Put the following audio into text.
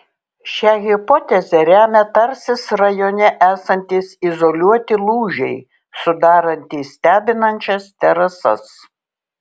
šią hipotezę remia tarsis rajone esantys izoliuoti lūžiai sudarantys stebinančias terasas